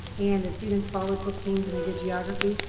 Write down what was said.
and the students followed football teams. and they did geography.